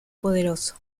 poderoso